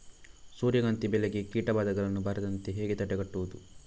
ಸೂರ್ಯಕಾಂತಿ ಬೆಳೆಗೆ ಕೀಟಬಾಧೆಗಳು ಬಾರದಂತೆ ಹೇಗೆ ತಡೆಗಟ್ಟುವುದು?